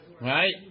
Right